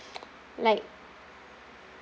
like